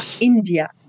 india